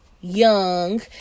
young